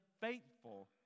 faithful